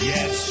Yes